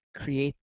create